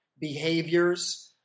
behaviors